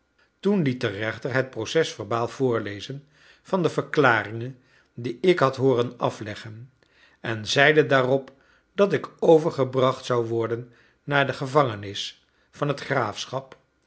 toen liet de rechter het procesverbaal voorlezen van de verklaringen die ik had hooren afleggen en zeide daarop dat ik overgebracht zou worden naar de gevangenis van het graafschap